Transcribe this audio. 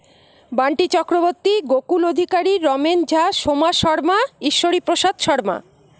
Bunty Chakraborty Gokul Adhikari Ramen Jha Soma Sharma Ishwari Prasad Sharma